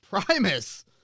Primus